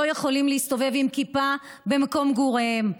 יכולים להסתובב עם כיפה במקום מגוריהם.